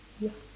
ya